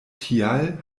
tial